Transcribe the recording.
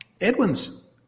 Edwin's